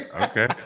okay